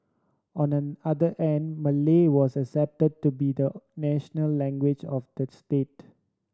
on the other and Malay was accepted to be the national language of the state